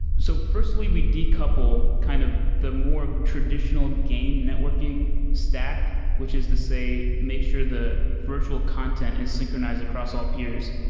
so firstly we decouple kind of the more traditional game networking stack, which is to say make sure the virtual content is synchronized across all peers.